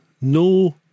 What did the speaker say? no